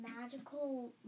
magical